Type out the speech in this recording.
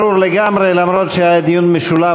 ברור לגמרי שלמרות שהיה דיון משולב,